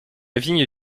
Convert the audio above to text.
vigne